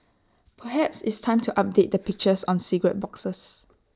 perhaps it's time to update the pictures on cigarette boxes